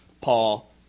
Paul